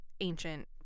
ancient